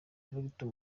victor